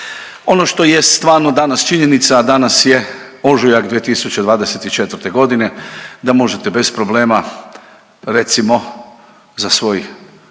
Ono što jest stvarno danas činjenica, a danas je ožujak 2024. godine da možete bez problema recimo za svoj